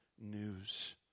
news